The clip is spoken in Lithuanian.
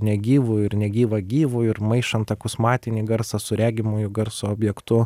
negyvu ir negyvą gyvu ir maišant akusmatinį garsą su regimuoju garso objektu